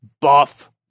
buff